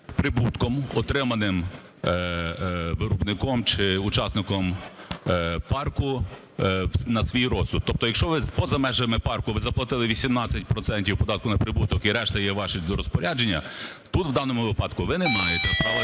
прибутком, отриманим виробником чи учасником парку, на свій розсуд. Тобто, якщо ви поза межами парку, ви заплатили 18 процентів податку на прибуток і решта є ваших до розпорядження, тут в даному випадку ви не маєте права